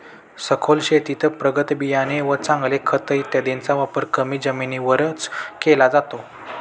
सखोल शेतीत प्रगत बियाणे व चांगले खत इत्यादींचा वापर कमी जमिनीवरच केला जातो